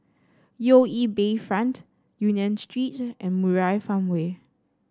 U E Bayfront Union Street and Murai Farmway